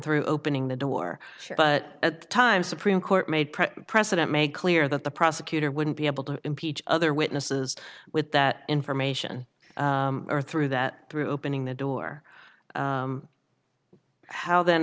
through opening the door but at the time supreme court made president make clear that the prosecutor wouldn't be able to impeach other witnesses with that information or through that through pinning the door how th